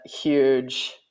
huge